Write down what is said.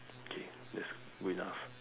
K that's good enough